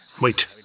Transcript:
Wait